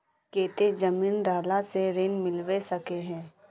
केते जमीन रहला से ऋण मिलबे सके है?